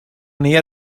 ner